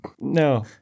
No